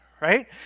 right